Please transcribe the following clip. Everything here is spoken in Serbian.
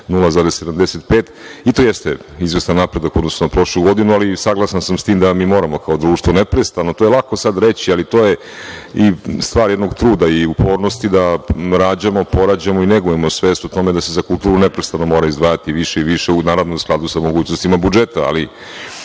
0,75. I to jeste izvestan napredak u odnosu na prošlu godinu, ali saglasan sam sa tim da mi moramo kao društvo neprestano, to je lako sada reći, ali to je i stvar jednog truda i upornosti da rađamo, porađamo i negujemo svest o tome da se za kulturu neprestano mora izdvajati više i više, naravno u skladu sa mogućnostima budžeta.